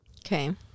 Okay